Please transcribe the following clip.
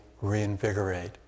reinvigorate